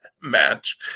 match